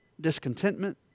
discontentment